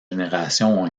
génération